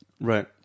right